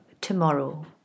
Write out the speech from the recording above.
tomorrow